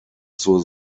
zur